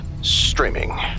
streaming